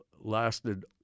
lasted